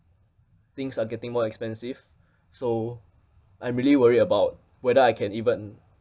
things are getting more expensive so I'm really worried about whether I can even